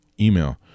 email